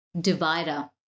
divider